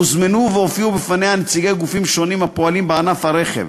הוזמנו והופיעו בפניה נציגי גופים שונים הפועלים בענף הרכב,